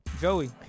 Joey